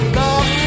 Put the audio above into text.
love